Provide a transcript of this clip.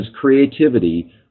creativity